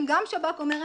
אם גם שב"כ אומר,